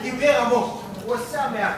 הוא דיבר המון, הוא עשה מעט.